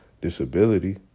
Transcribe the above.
disability